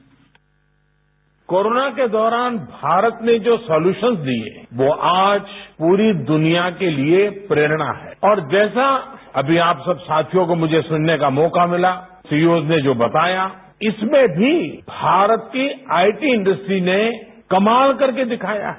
bite PM corona के दौरान मारत ने जो सॉल्यूशन्स दिए है वो आज पूरी दुनिया के लिए प्रेरणा है और जैसा अभी आप सब साथियों को मुझे सुनने का मौका मिला सीजोज ने जो बताया इसमें भी मारत की आईटी इंडस्ट्री ने कमाल करके दिखाया है